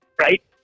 Right